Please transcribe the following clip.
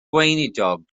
gweinidog